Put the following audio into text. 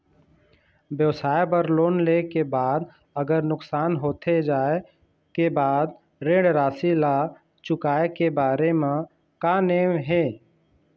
व्यवसाय बर लोन ले के बाद अगर नुकसान होथे जाय के बाद ऋण राशि ला चुकाए के बारे म का नेम हे?